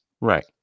Right